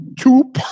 two